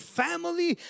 family